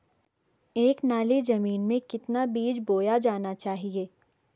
एक नाली जमीन में कितना बीज बोया जाना चाहिए?